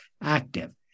active